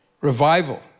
Revival